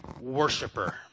worshiper